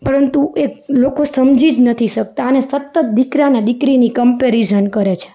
પરંતુ એ લોકો સમજી જ નથી શકતા અને સતત દીકરાને દીકરીની કંપેરિઝન કરે છે